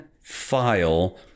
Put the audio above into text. file